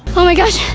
oh my gosh!